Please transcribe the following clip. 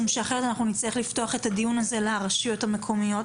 אחרת אנחנו נצטרך לפתוח את הדיון הזה לרשויות המקומיות.